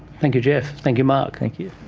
thank you geoff, thank you mark. thank you.